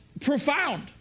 profound